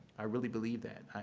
i really believe that.